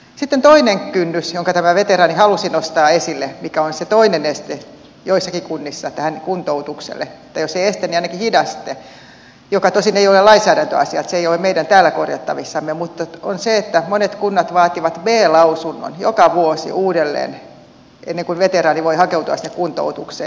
sitten toinen kynnys jonka tämä veteraani halusi nostaa esille ja joka on se toinen este joissakin kunnissa tälle kuntoutukselle tai jos ei este niin ainakin hidaste mikä tosin ei ole lainsäädäntöasia niin että se ei ole meidän täällä korjattavissamme on se että monet kunnat vaativat b lausunnon joka vuosi uudelleen ennen kuin veteraani voi hakeutua sinne kuntoutukseen